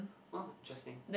!wah! interesting